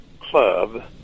club